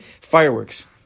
Fireworks